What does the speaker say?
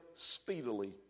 speedily